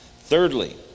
Thirdly